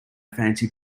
fancy